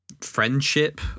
friendship